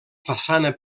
façana